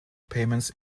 payments